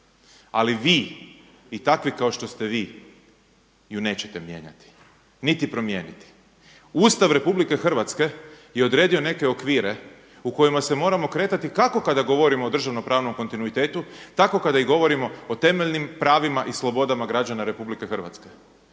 Ali vi i takvi kao što ste vi ju nećete mijenjati niti promijeniti. Ustav Republike Hrvatske je odredio neke okvire u kojima se moramo kretati kako kada govorimo o državnopravnom kontinuitetu, tako i kada govorimo o temeljnim pravima i slobodama građana Republike Hrvatske.